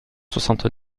soixante